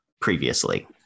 previously